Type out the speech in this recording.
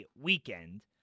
weekend